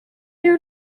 you